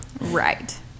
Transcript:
Right